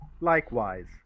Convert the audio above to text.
Likewise